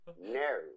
no